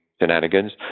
shenanigans